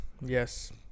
yes